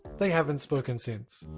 they haven't spoken since.